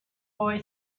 boy